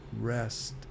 rest